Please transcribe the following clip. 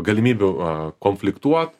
galimybių konfliktuot